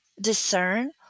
discern